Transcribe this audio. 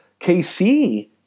KC